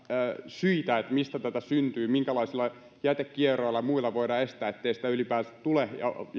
syitä mistä tätä syntyy minkälaisilla jätekierroilla ja muilla voidaan varmistaa ettei sitä ylipäänsä tule